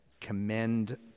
commend